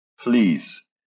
please